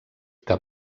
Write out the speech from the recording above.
que